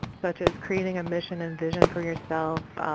such as creating a mission and vision for yourself.